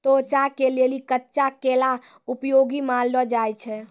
त्वचा के लेली कच्चा केला उपयोगी मानलो जाय छै